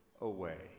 away